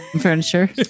furniture